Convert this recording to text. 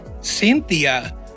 Cynthia